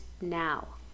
now